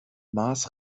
mars